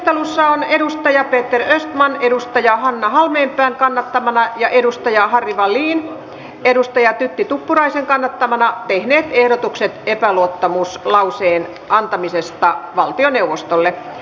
keskustelussa ovat peter östman hanna halmeenpään kannattamana ja harry wallin tytti tuppuraisen kannattamana tehneet ehdotukset epäluottamuslauseen antamisesta valtioneuvostolle